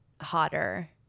hotter